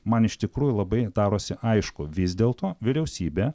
man iš tikrųjų labai darosi aišku vis dėlto vyriausybė